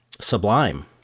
sublime